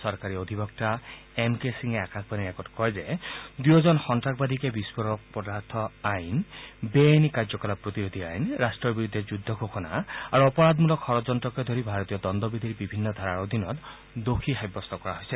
চৰকাৰী অধিবক্তা M K সিঙে আকাশবাণীৰ আগত কয় যে দুয়োজন সন্তাসবাদীকে বিস্ফোৰক পদাৰ্থ আইন বে আইনী কাৰ্যকলাপ প্ৰতিৰোধী আইন ৰাষ্ট্ৰৰ বিৰুদ্ধে যুদ্ধ ঘোষণা আৰু অপৰাধমূলক ষড়যন্ত্ৰকে ধৰি ভাৰতীয় দণ্ডবিধিৰ বিভিন্ন ধাৰাৰ অধীনত দোষী সাব্যস্ত কৰা হৈছে